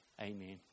Amen